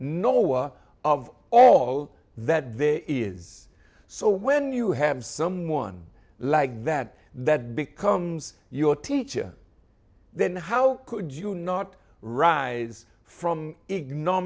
know of all that there is so when you have someone like that that becomes your teacher then how could you not rise from ignore